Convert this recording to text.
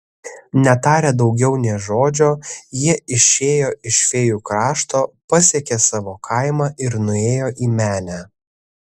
netarę daugiau nė žodžio jie išėjo iš fėjų krašto pasiekė savo kaimą ir nuėjo į menę